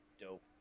dope